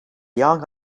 young